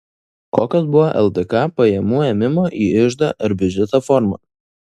kokios buvo ldk pajamų ėmimo į iždą ar biudžetą formos